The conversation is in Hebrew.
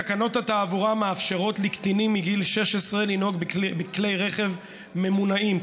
תקנות התעבורה מאפשרות לקטינים מגיל 16 לנהוג בכלי רכב ממונעים,